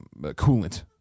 coolant